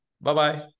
Bye-bye